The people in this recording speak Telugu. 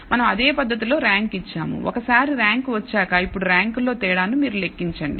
మనం అదే పద్ధతిలో ర్యాంక్ ఇచ్చాము ఒకసారి ర్యాంకు వచ్చాక ఇప్పుడు ర్యాంకుల్లో తేడాను మీరు లెక్కించండి